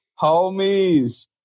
Homies